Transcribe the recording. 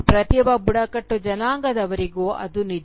ಪ್ರತಿಯೊಬ್ಬ ಬುಡಕಟ್ಟು ಜನಾಂಗದವರಿಗೂ ಅದು ನಿಜ